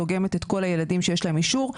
דוגמת את כל הילדים שיש להם אישור.